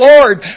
Lord